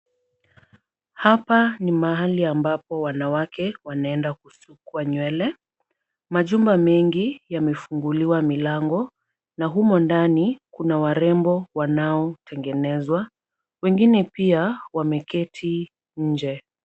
Hapa ni pahali ambapo wanawake wanaenda kusukwa nywele. Majumba mengi yamefunguliwa mlango na humo ndani kuna warembo wanaotengenezwa. Wengine pia wameketi nje.